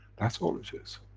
that's all it is.